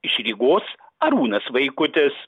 iš rygos arūnas vaikutis